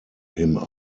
him